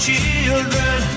Children